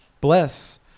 Bless